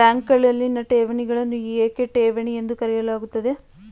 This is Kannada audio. ಬ್ಯಾಂಕುಗಳಲ್ಲಿನ ಠೇವಣಿಗಳನ್ನು ಏಕೆ ಠೇವಣಿ ಎಂದು ಕರೆಯಲಾಗುತ್ತದೆ?